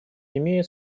имеет